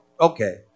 okay